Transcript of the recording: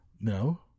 No